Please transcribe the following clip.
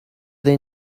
they